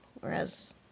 Whereas